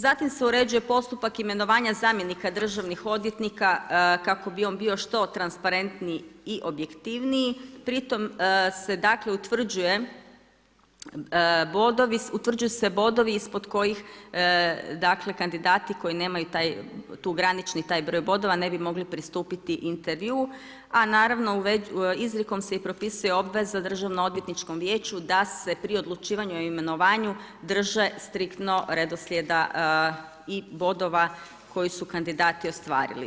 Zatim se uređuje postupak imenovanja zamjenika državnih odvjetnika kako bi on bio što transparentniji i objektivniji, pri tom se utvrđuju bodovi ispod kojih kandidati koji nemaju taj graničan broj bodova ne bi mogli pristupiti intervjuu, a naravno izrijekom se i propisuje obveza državno-odvjetničkom vijeću da se pri odlučivanju o imenovanju drže striktno redoslijeda i bodova koje su kandidati ostvarili.